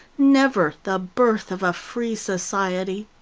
never the birth of a free society.